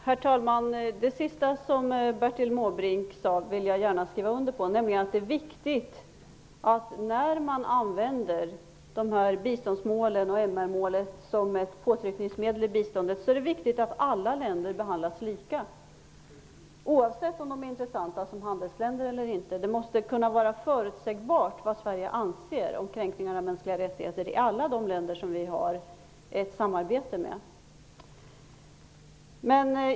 Herr talman! Jag vill gärna skriva under på det sista som Bertil Måbrink sade, nämligen att det är viktigt att alla länder behandlas lika när man använder biståndsmålen och MR-målet som ett påtryckningsmedel i biståndet -- oavsett om länderna är intressanta som handelsländer eller inte. Det måste vara förutsägbart vad Sverige anser om kränkningar av de mänskliga rättigheterna i de länder som vi har ett samarbete med.